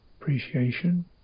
appreciation